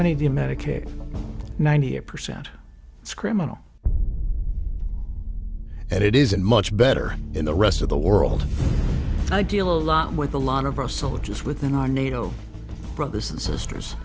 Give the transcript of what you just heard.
you medicate ninety eight percent it's criminal and it isn't much better in the rest of the world i deal a lot with a lot of our soldiers within our nato brothers and sisters